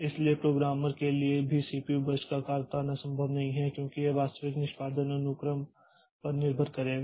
इसलिए प्रोग्रामर के लिए भी सीपीयू बर्स्ट का आकार बताना संभव नहीं है क्योंकि यह वास्तविक निष्पादन अनुक्रम पर निर्भर करेगा